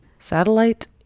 satellite